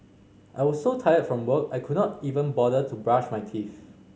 I was so tired from work I could not even bother to brush my teeth